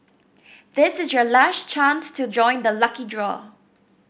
this is your last chance to join the lucky draw